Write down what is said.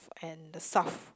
and the south